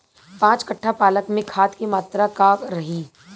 पाँच कट्ठा पालक में खाद के मात्रा का रही?